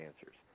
answers